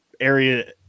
area